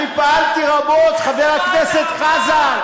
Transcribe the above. אני פעלתי רבות, חבר הכנסת חזן.